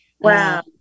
Wow